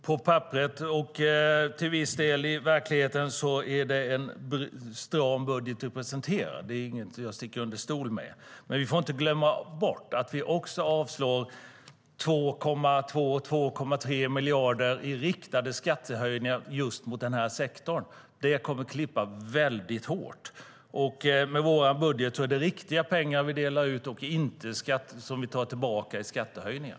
På papperet och till viss del i verkligheten är det en stram budget vi presenterar. Det är ingenting jag sticker under stol med. Men vi får inte glömma bort att vi också avslår 2,2-2,3 miljarder i riktade skattehöjningar just mot den här sektorn. Det skulle klippa väldigt hårt. Med vår budget är det riktiga pengar vi delar ut, som vi inte tar tillbaka i skattehöjningar.